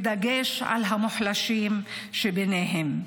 בדגש על המוחלשים שביניהם.